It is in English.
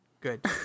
Good